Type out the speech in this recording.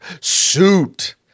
Suit